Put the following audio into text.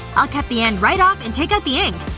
i'll cut the end right off and take out the ink